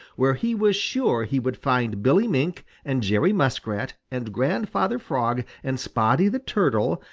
where he was sure he would find billy mink and jerry muskrat and grandfather frog and spotty the turtle,